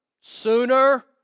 Sooner